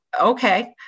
okay